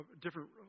Different